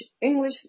English